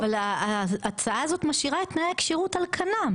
אבל ההצעה הזאת היא משאירה את תנאי הכשירות על כנם,